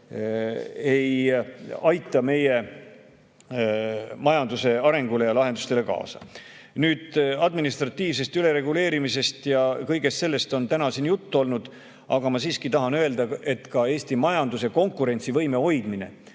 ei aita meie majanduse arengule ja lahendustele kaasa. Nüüd, administratiivsest ülereguleerimisest ja kõigest sellisest on täna siin juba juttu olnud. Ma siiski tahan öelda, et Eesti majanduse konkurentsivõime hoidmine,